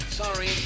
sorry